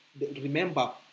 remember